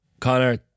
Connor